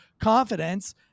confidence